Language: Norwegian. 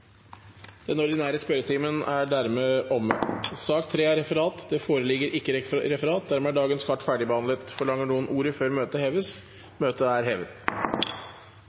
Den ordinære spørretimen er dermed omme. Det foreligger ikke noe referat. Dermed er dagens kart ferdigbehandlet. Forlanger noen ordet før møtet heves? – Møtet er hevet.